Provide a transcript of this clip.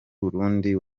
burundi